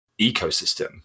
ecosystem